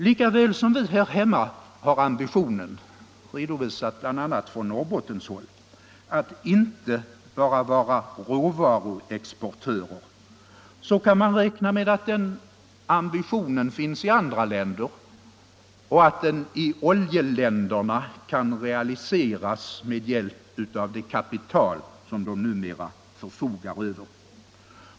Lika väl som vi här hemma har ambitionen — redovisad bl.a. från Norrbottenshåll — att inte bara vara råvaruexportörer kan man räkna med att den ambitionen finns i andra länder och att den i oljeländerna kan realiseras med hjälp av det kapital som de numera förfogar över.